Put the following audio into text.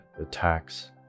attacks